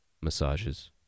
massages